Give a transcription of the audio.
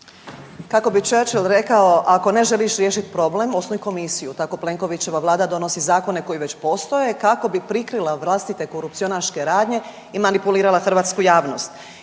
Kako bi Churchill rekao ako ne želiš riješiti problem osnuj komisiju, tako Plenkovićeva vlada donosi zakone koji već postoje kako bi prikrila vlastite korupcionaške radnje i manipulirala hrvatsku javnost.